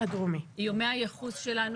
איומי הייחוס שלנו.